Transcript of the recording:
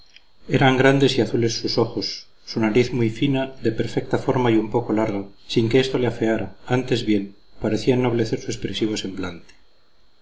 eran grandes y azules sus ojos su nariz muy fina de perfecta forma y un poco larga sin que esto le afeara antes bien parecía ennoblecer su expresivo semblante